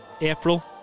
April